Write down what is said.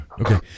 Okay